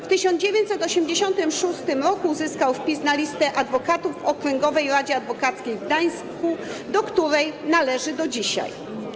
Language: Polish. W 1986 r. uzyskał wpis na listę adwokatów w Okręgowej Radzie Adwokackiej w Gdańsku, do której należy do dzisiaj.